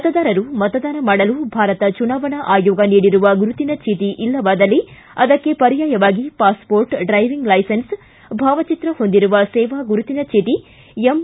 ಮತದಾರರು ಮತದಾನ ಮಾಡಲು ಭಾರತ ಚುನಾವಣಾ ಆಯೋಗ ನೀಡಿರುವ ಗುರುತಿನ ಚೀಟಿ ಇಲ್ಲವಾದಲ್ಲಿ ಅದಕ್ಕೆ ಪರ್ಯಾಯವಾಗಿ ಪಾಸ್ಮೋರ್ಟ್ ಡ್ರೈವಿಂಗ್ ಲೈಸೆನ್ ಭಾವಚಿತ್ರ ಹೊಂದಿರುವ ಸೇವಾ ಗುರುತಿನ ಚೀಟಿ ಎಂ